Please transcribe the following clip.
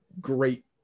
great